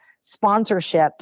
sponsorship